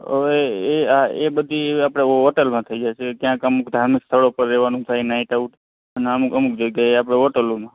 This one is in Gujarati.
હવે આ એ બધી આપણે હોટલમાં થઈ જશે ત્યાં અમુક ધાર્મિક સ્થળો પર રહેવાનું થાય નાઈટ આઉટ અને અમુક અમુક જગ્યાએ આપણે હોટલોમાં